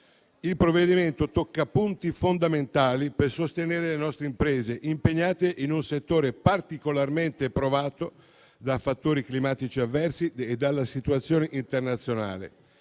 Il provvedimento tocca punti fondamentali per sostenere le nostre imprese impegnate in un settore particolarmente provato da fattori climatici avversi e dalla situazione internazionale